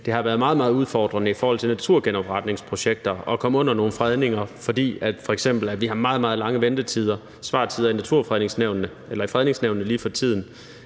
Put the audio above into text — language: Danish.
det har været meget, meget udfordrende i forhold til naturgenopretningsprojekter at komme under nogle fredninger, fordi vi f.eks. har meget, meget lange svartider i fredningsnævnene lige for tiden.